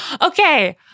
Okay